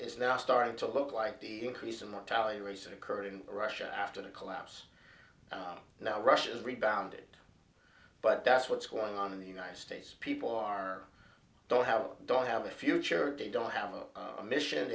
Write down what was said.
is now starting to look like the increase in the tally recent occurred in russia after the collapse now russia has rebounded but that's what's going on in the united states people are don't have a dog have a future they don't have a mission